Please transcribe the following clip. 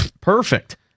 Perfect